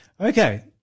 Okay